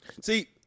See